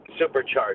Supercharged